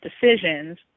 decisions